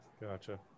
Gotcha